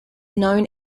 known